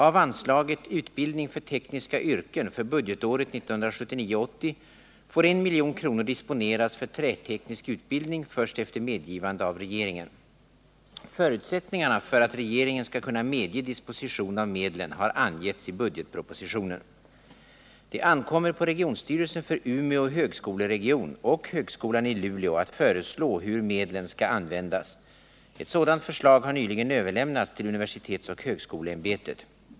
Av anslaget Utbildning för tekniska yrken för budgetåret 1979/80 får 1 milj.kr. disponeras för träteknisk utbildning först efter medgivande av regeringen. Förutsättningarna för att regeringen skall kunna medge disposition av medlen har angetts i budgetpropositionen. Det ankommer på regionstyrelsen för Umeå högskoleregion och högskolan i Luleå att föreslå hur medlen skall användas. Ett sådant förslag har nyligen överlämnats till universitetsoch högskoleämbetet .